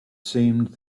seemed